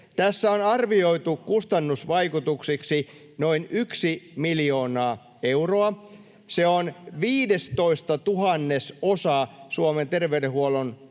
Tässä on arvioitu kustannusvaikutuksiksi noin yksi miljoona euroa: se on viidestoistatuhannesosa Suomen terveydenhuollon